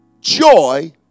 joy